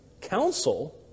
counsel